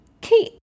Kate